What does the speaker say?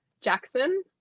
Jackson